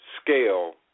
scale